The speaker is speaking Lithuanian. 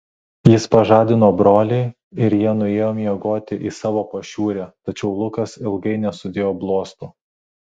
jis pažadino brolį ir jie nuėjo miegoti į savo pašiūrę tačiau lukas ilgai nesudėjo bluosto